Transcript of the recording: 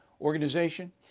organization